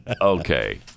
Okay